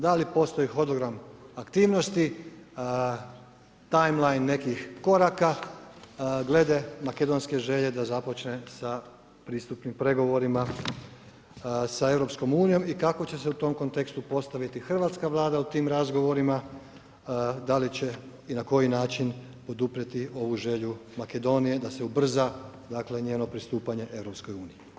Da li postoji hodogram aktivnosti, time line nekih koraka glede makedonske želje da započne sa pristupnim pregovorima sa EU i kako će se u tome kontekstu postaviti hrvatska Vlada u tim razgovorima, da li će i na koji način poduprijeti ovu želju Makedonije da se ubrza, dakle, njeno pristupanje EU.